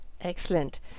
excellent